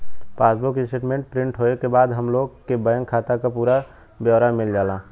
passbook statement print होये के बाद हम लोग के बैंक खाता क पूरा ब्यौरा मिल जाला